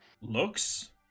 looks